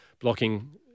blocking